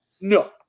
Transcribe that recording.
No